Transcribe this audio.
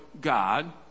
God